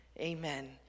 amen